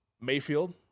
Mayfield